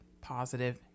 positive